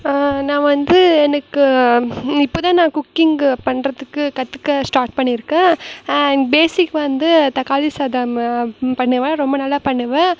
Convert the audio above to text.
நான் வந்து எனக்கு இப்போ தான் நான் குக்கிங்கு பண்ணுறத்துக்கு கற்றுக்க ஸ்டார்ட் பண்ணியிருக்கேன் பேஸிக் வந்து தக்காளி சாதம் பண்ணுவேன் ரொம்ப நல்லா பண்ணுவேன்